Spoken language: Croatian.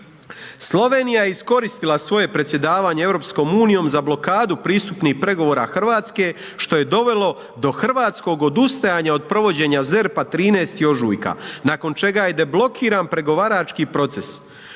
Slovenija je iskoristila svoje predsjedavanje EU za blokadu pristupnih pregovora RH što je dovelo do hrvatskog odustajanja od provođenja ZERP-a 13. ožujka nakon čega je deblokiran pregovarački proces.